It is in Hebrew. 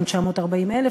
1,940,000,